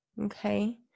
Okay